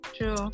True